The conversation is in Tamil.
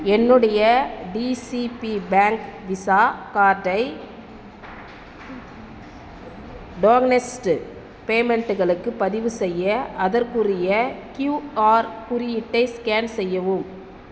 என்னுடைய டிசிபி பேங்க் விசா கார்டை டோகனைஸ்டு பேமெண்ட்டுகளுக்கு பதிவுசெய்ய அதற்குரிய க்யூஆர் குறியீட்டை ஸ்கேன் செய்யவும்